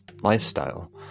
lifestyle